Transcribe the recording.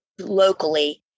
locally